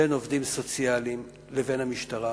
בין עובדים סוציאליים לבין המשטרה.